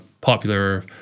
popular